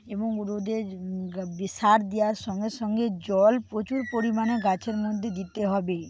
এবং রোদে সার দেওয়ার সঙ্গে সঙ্গে জল প্রচুর পরিমাণে গাছের মধ্যে দিতে হবে